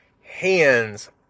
hands